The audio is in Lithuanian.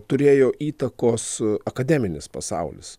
turėjo įtakos akademinis pasaulis